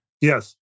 Yes